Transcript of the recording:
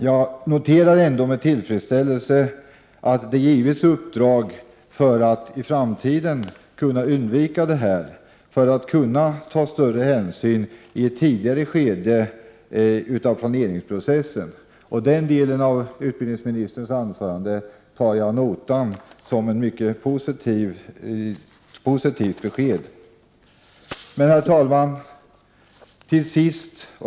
Jag noterar emellertid med tillfredställelse att det givits uppdrag för att man i framtiden skall kunna undvika att fel begås, och att man därmed i ett tidigare skede i planeringsprocessen kan ta större hänsyn. Den delen av utbildningsministerns svar tar jag ad notam som ett mycket positivt besked. Herr talman!